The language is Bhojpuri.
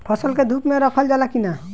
फसल के धुप मे रखल जाला कि न?